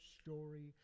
story